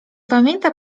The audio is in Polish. pamięta